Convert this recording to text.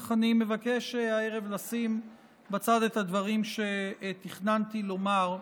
אך אני מבקש הערב לשים בצד את הדברים שתכננתי לומר,